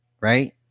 right